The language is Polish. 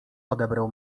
odebrał